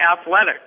athletic